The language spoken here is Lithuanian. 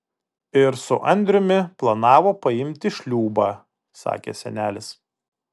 ir su andriumi planavo paimti šliūbą sakė senelis